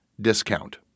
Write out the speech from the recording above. discount